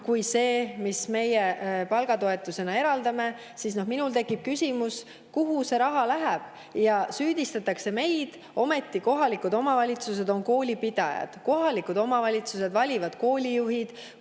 [summa], mille meie palgatoetusena eraldame, siis minul tekib küsimus, kuhu see raha läheb. Süüdistatakse meid, ometi on kohalikud omavalitsused koolipidajad, kohalikud omavalitsused valivad koolijuhid,